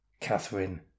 Catherine